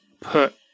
put